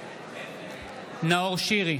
בעד נאור שירי,